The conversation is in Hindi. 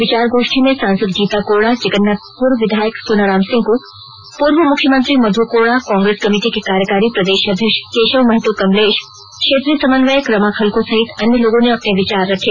विचार गोष्ठी में सांसद गीता कोड़ा जगन्नाथपुर विधायक सोनाराम सिंक पूर्व मुख्यमंत्री मध् कोड़ा कांग्रेस कमेटी के कार्यकारी प्रदेश अध्यक्ष केशव महतो कमलेश क्षेत्रीय समन्वयक रमा खलखो सहित अन्य लोगों ने अपने विचार रखे